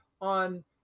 on